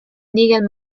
nigel